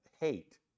hate